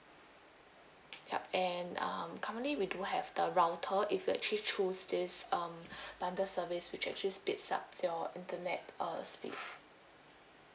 ya and um currently we do have the router if you actually choose this um bundle service which actually speeds up your internet uh speed